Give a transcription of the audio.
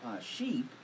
sheep